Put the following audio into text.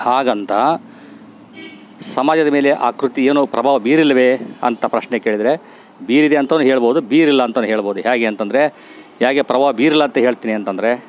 ಹಾಗಂತ ಸಮಾಜದ ಮೇಲೆ ಆ ಕೃತಿ ಏನು ಪ್ರಭಾವ ಬೀರಿಲ್ವೇ ಅಂತ ಪ್ರಶ್ನೆ ಕೇಳಿದ್ರೆ ಬೀರಿದೆ ಅಂತನು ಹೇಳ್ಬೌದು ಬೀರಿಲ್ಲ ಅಂತನು ಹೇಳ್ಬೌದು ಹೇಗೆ ಅಂತಂದ್ರೆ ಹೇಗೆ ಪ್ರಭಾವ ಬೀರಿಲ್ಲ ಅಂತ ಹೇಳ್ತಿನಿ ಅಂತಂದ್ರೆ